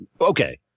okay